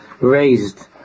raised